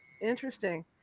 Interesting